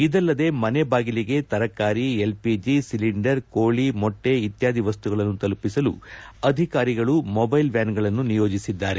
ಇದಲ್ಲದೆ ಮನೆ ಬಾಗಿಲಿಗೆ ತರಕಾರಿ ಎಲ್ ಪಿಜಿ ಸಿಲಿಂಡರ್ ಕೋಳಿ ಮೊಟ್ಟೆ ಇತ್ಯಾದಿ ವಸ್ತುಗಳನ್ನು ತಲುಪಿಸಲು ಅಧಿಕಾರಿಗಳು ಮೊಬೈಲ್ ವ್ಯಾನ್ ಗಳನ್ನು ನಿಯೋಜಿಸಿದ್ದಾರೆ